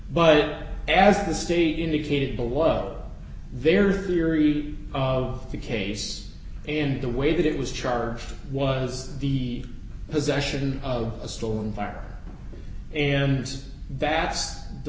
but as the state indicated below their theory of the case and the way that it was charged was the possession of a stolen car and that's the